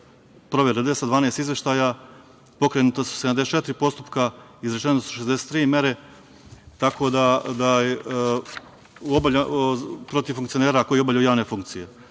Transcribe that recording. provera, 212 izveštaja, pokrenuta su 74 postupka, izrečene su 63 mere protiv funkcionera koji obavljaju javne funkcije.